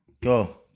go